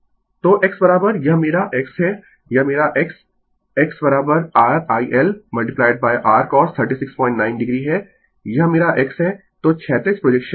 Refer Slide Time 2228 तो x यह मेरा x है यह मेरा x xrILrcos369 o है यह मेरा x है तो क्षैतिज प्रोजेक्शन